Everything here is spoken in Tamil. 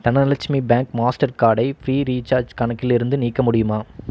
தனலக்ஷ்மி பேங்க் மாஸ்டர் கார்டை ஃப்ரீ ரீச்சார்ஜ் கணக்கிலிருந்து நீக்க முடியுமா